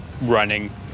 running